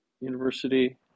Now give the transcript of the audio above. University